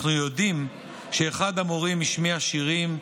אנחנו יודעים שאחד המורים השמיע שירים,